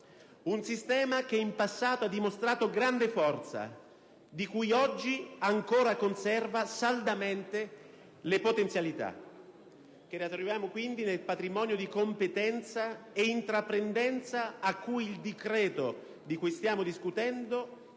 un sistema che in passato ha dimostrato grande forza, di cui oggi ancora conserva saldamente le potenzialità, che ritroviamo nel patrimonio di competenza e di intraprendenza a cui il decreto di cui stiamo discutendo